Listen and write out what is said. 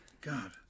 God